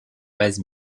base